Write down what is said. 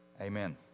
amen